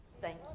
Thank